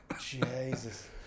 Jesus